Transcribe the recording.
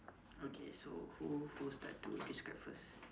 okay so who who start to describe first